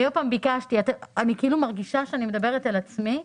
אני מרגישה שאני כאילו מדברת אל עצמי.